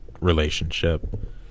relationship